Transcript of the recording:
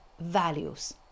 values